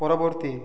পরবর্তী